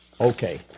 Okay